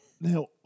Now